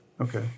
Okay